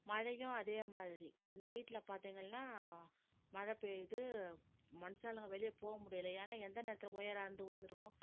மழையும் அதேமாதிரி நைட்டில் பார்த்திங்கள்னா மழை பெய்யுது மனுஷாளுங்க வெளிய போக முடியலை ஏன்னால் எந்த நேரத்தில் ஒயர் அறுந்து விழுந்திருக்கும்